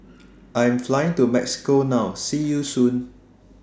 I Am Flying to Mexico now See YOU Soon